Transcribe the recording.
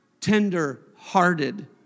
tender-hearted